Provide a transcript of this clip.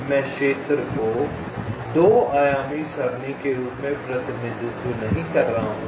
मैं क्षेत्र को 2 आयामी सरणी के रूप में प्रतिनिधित्व नहीं कर रहा हूं